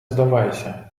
здавайся